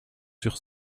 sur